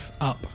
up